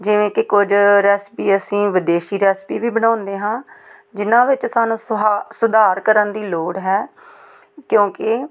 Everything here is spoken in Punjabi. ਜਿਵੇਂ ਕਿ ਕੁਝ ਰੈਸਪੀ ਅਸੀਂ ਵਿਦੇਸ਼ੀ ਰੈਸਪੀ ਵੀ ਬਣਾਉਂਦੇ ਹਾਂ ਜਿਨ੍ਹਾਂ ਵਿੱਚ ਸਾਨੂੰ ਸੁਹਾ ਸੁਧਾਰ ਕਰਨ ਦੀ ਲੋੜ ਹੈ ਕਿਉਂਕਿ